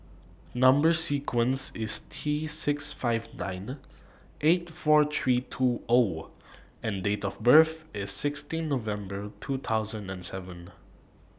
Number sequence IS T six five nine eight four three two O and Date of birth IS sixteen November two thousand and seven